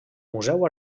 museu